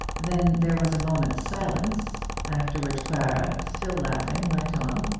then there was a moment's silence, after which clara, still laughing, went on.